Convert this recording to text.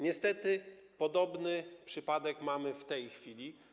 Niestety podobny przypadek mamy w tej chwili.